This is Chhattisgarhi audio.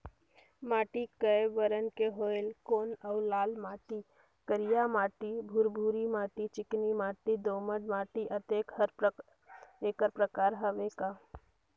माटी कये बरन के होयल कौन अउ लाल माटी, करिया माटी, भुरभुरी माटी, चिकनी माटी, दोमट माटी, अतेक हर एकर प्रकार हवे का?